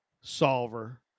solver